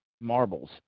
marbles